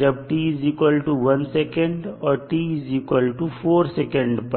जब t1 sec और t4 sec पर